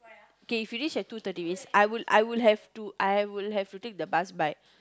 okay finish at two thirty means I would I would have to I would have to take the bus by